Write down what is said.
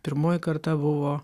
pirmoji karta buvo